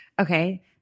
Okay